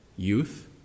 Youth